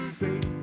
say